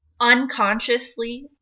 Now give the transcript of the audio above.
unconsciously